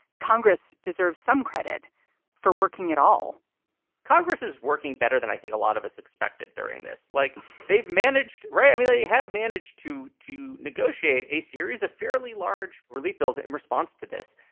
congress deserves some credit for working it all congress is working better than i think a lot of us expected during this. like they've managed, right? i mean, they have managed to to negotiate a series of fairly large relief bills in response to this.